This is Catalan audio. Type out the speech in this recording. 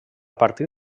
partir